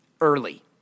early